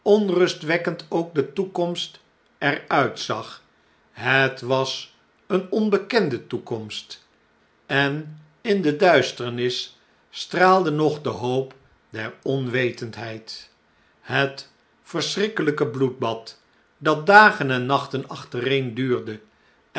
onrustwekkend ook de toekomst er uitzag het was een onbekende toekomst en in deduisternis straalde nog de hoop der onwetendheid het verschrikkelijke bloedbad dat dagen en nachten achtereen duurde